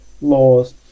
laws